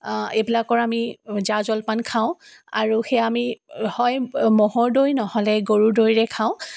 এইবিলাকৰ আমি জা জলপান খাওঁ আৰু সেয়া আমি হয় ম'হৰ দৈ নহ'লে গৰুৰ দৈৰে খাওঁ